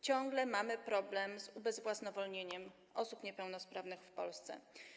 Ciągle mamy problem z ubezwłasnowolnieniem osób niepełnosprawnych w Polsce.